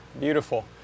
beautiful